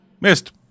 missed